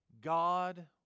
God